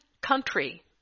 country